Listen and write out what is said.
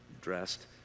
dressed